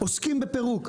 עוסקים בפירוק.